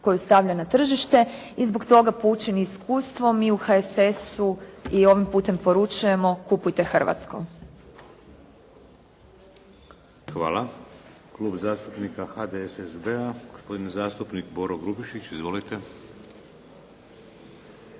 koju stavlja na tržište. I zbog toga, poučeni iskustvom, mi u HSS-u i ovim putem poručujemo "kupujte hrvatsko". **Šeks, Vladimir (HDZ)** Hvala. Klub zastupnika HDSSB-a. Gospodin zastupnik Boro Grubišić. Izvolite.